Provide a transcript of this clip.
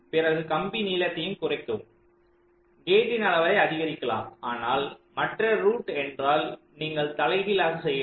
பிறகு கம்பி நீளத்தைக் குறைக்கவும் கேட்டின் அளவை அதிகரிக்கலாம் ஆனால் மற்ற ரூட் என்றால் நீங்கள் தலைகீழ்லாக செய்ய வேண்டும்